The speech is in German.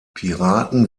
piraten